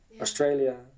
Australia